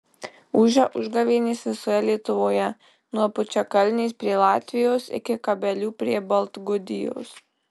ūžia užgavėnės visoje lietuvoje nuo pučiakalnės prie latvijos iki kabelių prie baltgudijos